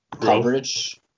coverage